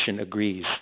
agrees